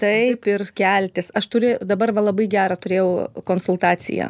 taip ir keltis aš turiu dabar va labai gerą turėjau konsultaciją